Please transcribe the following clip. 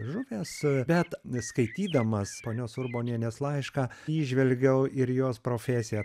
žuvęs bet skaitydamas ponios urbonienės laišką įžvelgiau ir jos profesiją